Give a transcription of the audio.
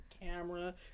camera